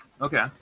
Okay